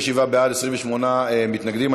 37 בעד, 28 מתנגדים.